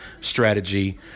strategy